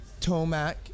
Tomac